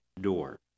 door